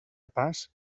pas